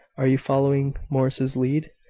are you following morris's lead?